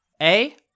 A-